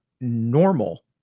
normal